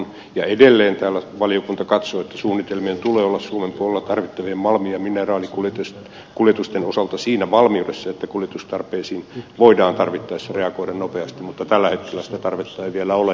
ja edelleen täällä valiokunta katsoo että suunnitelmien tulee olla suomen puolella tarvittavien malmi ja mineraalikuljetusten osalta siinä valmiudessa että kuljetustarpeisiin voidaan tarvittaessa reagoida nopeasti mutta tällä hetkellä sitä tarvetta ei vielä ole